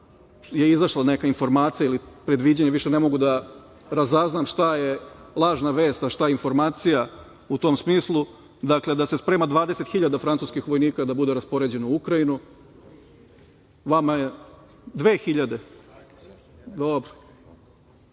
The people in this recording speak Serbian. je izašla neka informacija ili predviđanje, više ne mogu da razaznam šta je lažna vest, a šta informacija u tom smislu, dakle, da se sprema 20.000 francuskih vojnika da bude raspoređeno u Ukrajini. Vama je 2.000. Dobro,